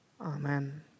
amen